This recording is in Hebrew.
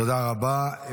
תודה רבה.